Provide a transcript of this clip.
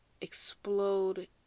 explode